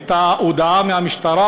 הייתה הודעה מהמשטרה,